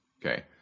Okay